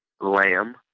Lamb